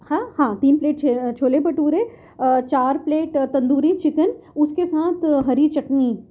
ہاں ہاں تین پلیٹ چھو چھولے بھٹورے چار پلیٹ تندوری چکن اس کے ساتھ ہری چٹنی